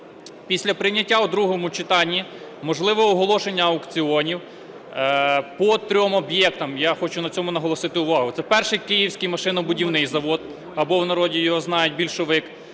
Після прийняття в другому читанні можливе оголошення аукціонів по трьом об'єктам, я хочу на цьому наголосити увагу. Це Перший київський машинобудівний завод або в народі його знають "Більшовик",